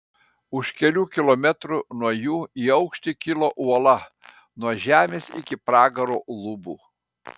už kelių kilometrų nuo jų į aukštį kilo uola nuo žemės iki pragaro lubų